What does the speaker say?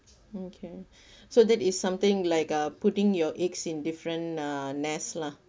okay so that is something like uh putting your eggs in different uh nest lah